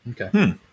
Okay